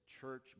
church